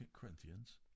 Corinthians